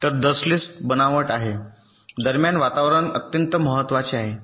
तर डस्टलेस बनावट आहे दरम्यान वातावरण अत्यंत महत्वाचे आहे